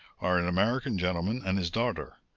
are an american gentleman and his daughter,